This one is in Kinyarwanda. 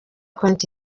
konti